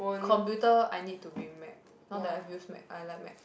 computer I need to be Mac not that I used Mac I like Mac